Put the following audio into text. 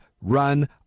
run